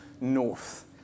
north